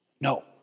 No